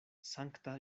sankta